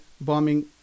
bombing